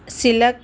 silk